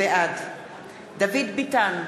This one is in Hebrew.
בעד דוד ביטן,